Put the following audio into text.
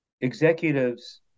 executives